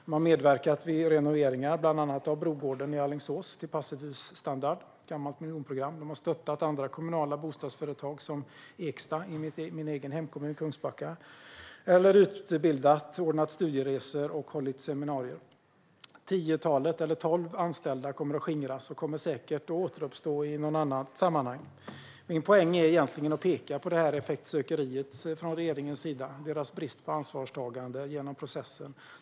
Man har medverkat vid renoveringar till passivhusstandard, bland annat av det gamla miljonprogramsområdet Brogården i Alingsås. Man har stöttat andra kommunala bostadsföretag, som Eksta i min egen hemkommun Kungsbacka, samt utbildat - ordnat studieresor och hållit seminarier. Tolv anställda kommer att skingras. Men man kommer säkert att återuppstå i något annat sammanhang. Min poäng är egentligen att peka på regeringens effektsökeri och dess brist på ansvarstagande genom processen.